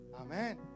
Amen